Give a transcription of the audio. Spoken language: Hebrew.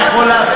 אני יכול להפתיע.